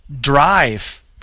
drive